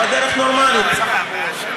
הצעת סיעת מרצ להביע אי-אמון בממשלה לא נתקבלה.